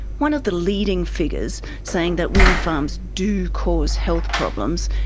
one of the leading figures, saying that windfarms do cause health problems,